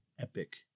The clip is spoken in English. epic